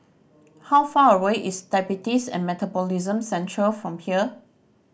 how far away is Diabetes and Metabolism Centre from here